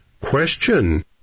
Question